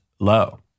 low